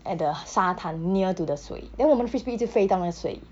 at the 沙滩 near to the 水 then 我们的 frisbee 一直飞到那个水